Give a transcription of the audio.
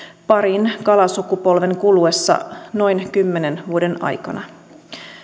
parin kalasukupolven kuluessa noin kymmenen vuoden aikana